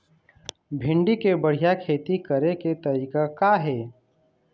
भिंडी के बढ़िया खेती करे के तरीका का हे?